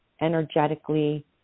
energetically